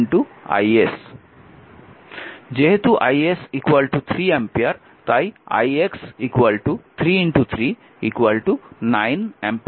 এখন যেহেতু is 3 ampere তাই ix 3 3 9 অ্যাম্পিয়ার